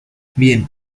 bien